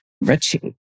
Richie